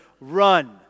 run